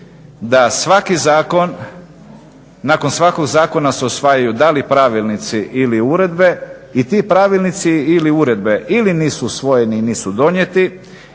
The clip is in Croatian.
nas uči da nakon svakog zakon se usvajaju da li pravilnici ili uredbe i ti pravilnici ili uredbe ili nisu usvojeni, nisu donijeti